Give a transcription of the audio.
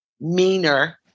meaner